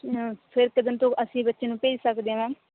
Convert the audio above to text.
ਫਿਰ ਕਿੱਦਣ ਤੋਂ ਅਸੀਂ ਬੱਚੇ ਨੂੰ ਭੇਜ ਸਕਦੇ ਹਾਂ ਮੈੈਮ